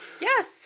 yes